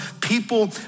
people